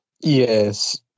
Yes